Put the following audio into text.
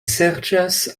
serĉas